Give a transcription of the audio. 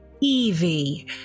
Evie